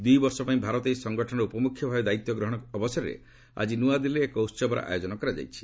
ଦୁଇ ବର୍ଷ ପାଇଁ ଭାରତ ଏହି ସଂଗଠନର ଉପମୁଖ୍ୟ ଭାବେ ଦାୟିତ୍ୱ ଗ୍ରହଣ ଅବସରରେ ଆଜି ନ୍ତଆଦିଲ୍ଲୀରେ ଏକ ଉତ୍ସବର ଆୟୋଜନ କରାଯାଇଛି